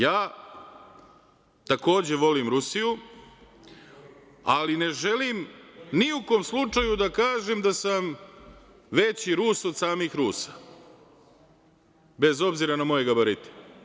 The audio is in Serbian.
Ja takođe volim Rusiju, ali ne želim ni u kom slučaju da kažem da sam veći Rus od samih Rusa, bez obzira na moje gabarite.